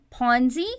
Ponzi